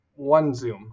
OneZoom